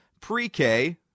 pre-K